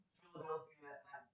Philadelphia